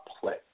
play